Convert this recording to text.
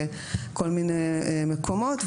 לכל מיני מקומות,